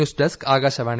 news desk Akashvani